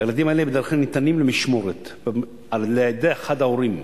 הילדים האלה בדרך כלל ניתנים למשמורת לאחד ההורים.